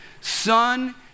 son